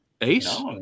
Ace